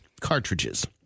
cartridges